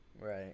Right